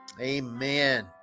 Amen